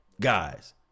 guys